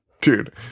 Dude